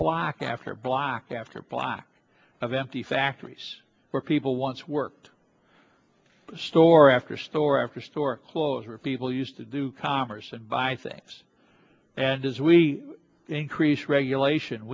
block after block after block of empty factories where people once worked story after story after story closure people used to do commerce and buy things and as we increase regulation